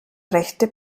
rechte